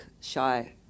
shy